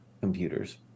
computers